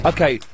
Okay